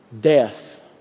Death